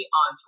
on